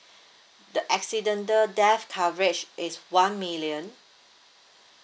the accidental death coverage is one million